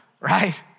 right